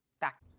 Back